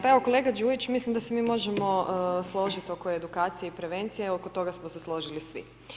Pa evo kolega Đujić, mislim da se mi možemo složiti oko edukacije i prevencije, evo oko toga smo se složili svi.